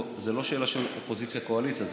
זו לא שאלה של אופוזיציה קואליציה,